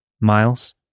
Miles